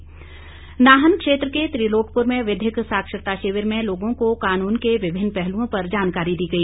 विधिक साक्षरता नाहन क्षेत्र के त्रिलोकपुर में विधिक साक्षरता शिविर में लोगों को कानून के विभिन्न पहलुओं पर जानकारी दी गई